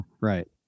Right